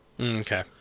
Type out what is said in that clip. Okay